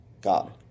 God